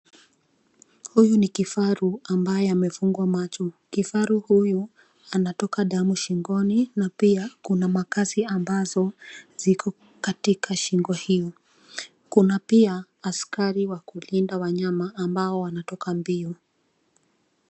Huyu ni kifaru ambaye amefungwa macho. Kifaru huyu anatoka damu shingoni, na pia kuna makasi ambazo ziko katika shingo hiyo. Kuna pia askari wakulinda wanyama ambao wanatoka mbio.